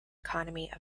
economy